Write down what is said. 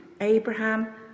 abraham